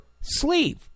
sleeve